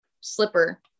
slipper